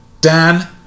Dan